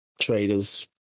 traders